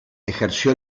ejerció